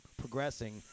progressing